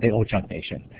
ho-chunk nation.